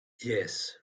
yes